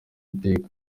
iteka